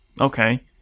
Okay